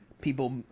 people